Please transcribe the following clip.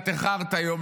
את איחרת היום,